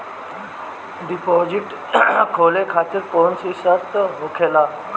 Deposit खोले खातिर कौनो शर्त भी होखेला का?